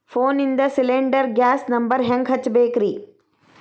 ಫೋನಿಂದ cylinder gas number ಹೆಂಗ್ ಹಚ್ಚ ಬೇಕ್ರಿ?